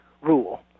rule